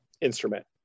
instrument